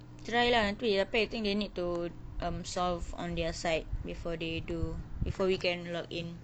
try lah nanti apa I think they need to um solve on their site before they do before you can log in